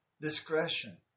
discretion